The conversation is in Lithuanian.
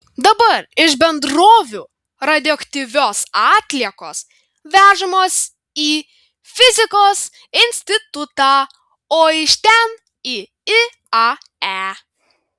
dabar iš bendrovių radioaktyvios atliekos vežamos į fizikos institutą o iš ten į iae